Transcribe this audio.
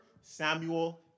Samuel